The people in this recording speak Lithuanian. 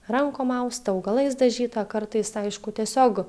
rankom austa augalais dažyta kartais aišku tiesiog